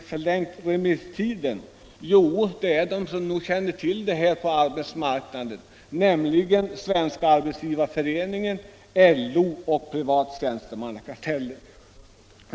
Nr 58-60 Näringspolitiken företagsfusioner Näringspolitiken Jo, det är de som känner till de här frågorna, nämligen Arbetsgivareföreningen, LO och Privattjänstemannakartellen.